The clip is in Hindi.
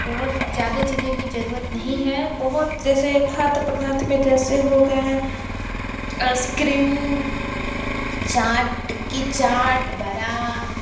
बहुत ज़्यादा चीज़ें की ज़रुरत नहीं है बहुत जैसे खाद्य पदार्थ में जैसे हो गए आसस्क्रीम चाट टिक्की चाट बरा